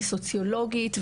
אני סוציולוגית,